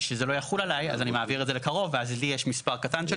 שזה לא יחול עלי אז אני מעביר את זה לקרוב ואז לי יש מספר קטן של